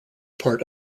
part